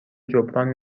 جبران